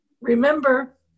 remember